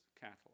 cattle